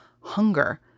hunger